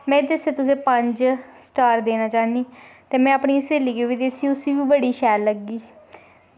ते में ते उस्सी पंज स्टार देना चाह्नी ते में अपनी स्हेलियै गी बी दस्सी ते उस्सी बी बड़ी शैल लग्गी